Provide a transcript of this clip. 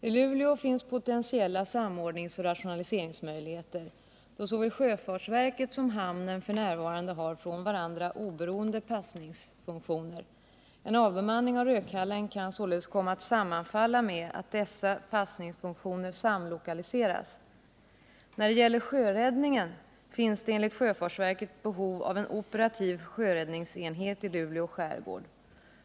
I Luleå finns potentiella samordningsoch rationaliseringsmöjligheter, då såväl sjöfartsverket som hamnen f. n. har från varandra oberoende passningsfunktioner. En avbemanning av Rödkallen kan således komma att sammanfalla med att dessa passningsfunktioner samlokaliseras. När det gäller sjöräddningen finns det enligt sjöfartsverket behov av en operativ sjöräddningsenhet i Luleå skärgård.